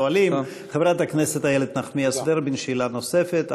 חברת הכנסת איילת נחמיאס ורבין, שאלה נוספת.